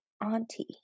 Auntie